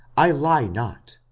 i lie not,